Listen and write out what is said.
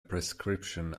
prescription